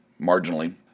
marginally